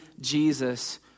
Jesus